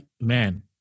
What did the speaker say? man